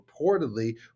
reportedly